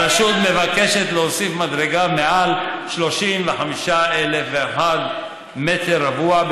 הרשות מבקשת להוסיף מדרגה מעל 35,001 מטר רבוע,